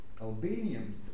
Albanians